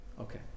Okay